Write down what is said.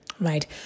Right